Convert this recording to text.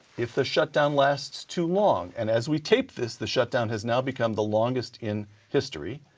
if the shutdown lasts too long, and as we take this, the shutdown has now become the longest in history,